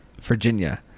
Virginia